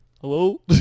Hello